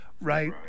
right, –